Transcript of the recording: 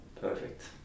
Perfect